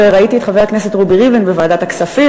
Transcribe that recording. וראיתי את חבר הכנסת רובי ריבלין בוועדת הכספים